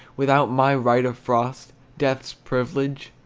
without my right of frost, death's privilege?